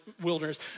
wilderness